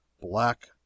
black